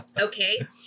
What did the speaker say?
Okay